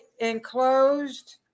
enclosed